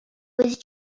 was